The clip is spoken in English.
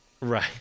Right